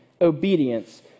obedience